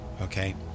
Okay